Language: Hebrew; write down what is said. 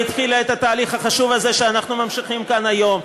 והיא התחילה את התהליך החשוב הזה שאנחנו ממשיכים כאן היום.